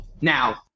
now